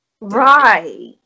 right